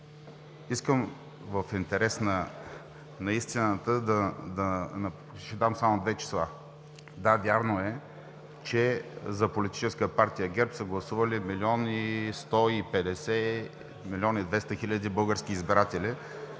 Искам в интерес на истината да дам само две числа. Да, вярно е, че за политическа партия ГЕРБ са гласували 1 млн. 150 хил. – 1 млн. 200 хил. български избиратели,